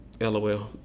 LOL